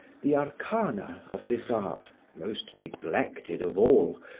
the arcana of this art, most neglected of all,